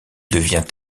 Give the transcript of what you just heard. devient